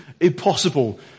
impossible